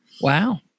Wow